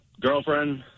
girlfriend